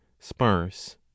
sparse